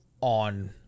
on